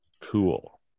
Cool